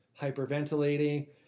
hyperventilating